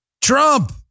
Trump